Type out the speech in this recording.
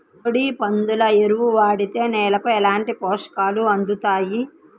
కోడి, పందుల ఎరువు వాడితే నేలకు ఎలాంటి పోషకాలు అందుతాయి